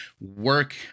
work